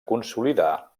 consolidar